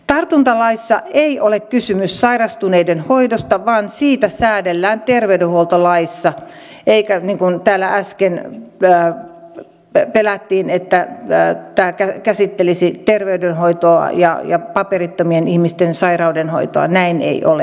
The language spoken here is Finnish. tartuntatautilaissa ei ole kysymys sairastuneiden hoidosta vaan siitä säädellään terveydenhuoltolaissa eikä niin kuin täällä äsken pelättiin että tämä käsittelisi terveydenhoitoa ja paperittomien ihmisten sairauden hoitoa näin ei ole